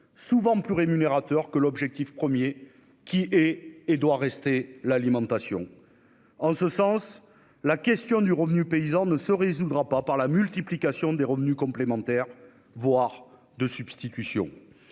souvent plus rémunérateurs que sa finalité première, qui est et doit rester l'alimentation ? En ce sens, la question du revenu paysan ne se résoudra pas par la multiplication des revenus complémentaires, voire des revenus